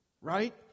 Right